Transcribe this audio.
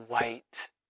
Wait